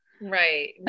right